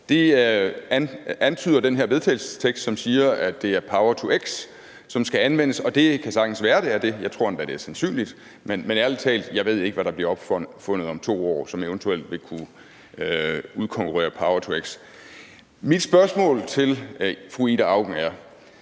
til vedtagelse, som siger, at det er power-to-x, som skal anvendes. Det kan sagtens være, at det er det – jeg tror endda, at det er sandsynligt – men ærlig talt: Jeg ved ikke, hvad der bliver opfundet om 2 år, som eventuelt vil kunne udkonkurrere power-to-x. Mit spørgsmål til fru Ida Auken er: